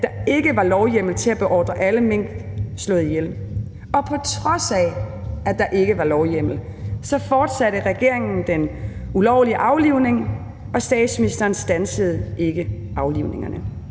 at der ikke var lovhjemmel til at beordre alle mink slået ihjel. Og på trods af at der ikke var lovhjemmel, fortsatte regeringen den ulovlige aflivning, og statsministeren standsede ikke aflivningerne.